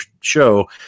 show